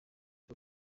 b’u